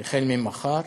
החל ממחר.